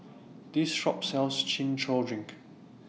This Shop sells Chin Chow Drink